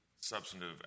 substantive